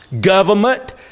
government